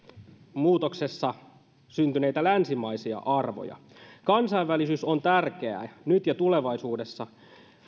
muutoksessa syntyneitä länsimaisia arvoja kansainvälisyys on tärkeää nyt ja tulevaisuudessa